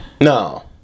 no